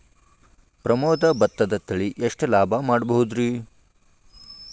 ಪ್ರಮೋದ ಭತ್ತದ ತಳಿ ಎಷ್ಟ ಲಾಭಾ ಮಾಡಬಹುದ್ರಿ?